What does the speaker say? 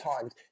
times